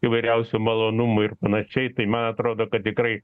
įvairiausių malonumų ir panašiai tai man atrodo kad tikrai